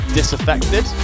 Disaffected